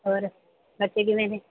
ਹੋਰ ਬੱਚੇ ਕਿਵੇਂ ਨੇ